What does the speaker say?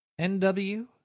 NW